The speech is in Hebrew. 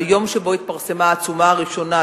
ביום שבו התפרסמה העצומה הראשונה,